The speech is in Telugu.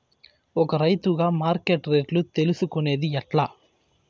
ఒక రైతుగా మార్కెట్ రేట్లు తెలుసుకొనేది ఎట్లా?